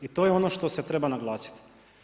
I to je ono što se treba naglasiti.